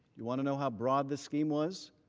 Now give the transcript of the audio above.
you want know how broad the scheme was?